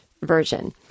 version